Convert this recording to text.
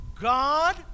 God